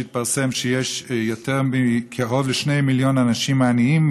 שהתפרסם שיש קרוב ל-2 מיליון אנשים עניים,